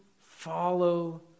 follow